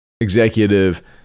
Executive